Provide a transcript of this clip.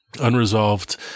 unresolved